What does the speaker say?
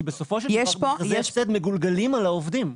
כי בסופו של דבר מכרזי הפסד מגולגלים על העובדים.